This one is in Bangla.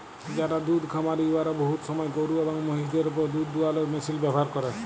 যারা দুহুদ খামারি উয়ারা বহুত সময় গরু এবং মহিষদের উপর দুহুদ দুয়ালোর মেশিল ব্যাভার ক্যরে